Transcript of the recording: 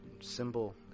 Symbol